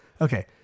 okay